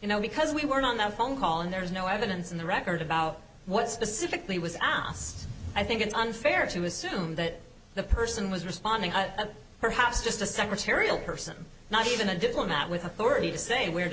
you know because we weren't on the phone call and there's no evidence in the record about what specifically was asked i think it's unfair to assume that the person was responding perhaps just a secretarial person not even a diplomat with authority to say where to